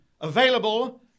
available